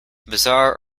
bizarre